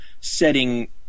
setting